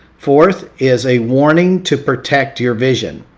fourth is a warning to protect your vision.